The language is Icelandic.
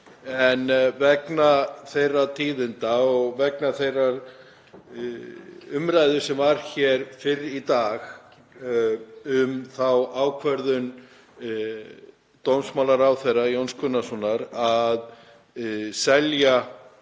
En vegna tíðinda, og vegna þeirrar umræðu sem var hér fyrr í dag, um ákvörðun dómsmálaráðherra, Jóns Gunnarssonar, að selja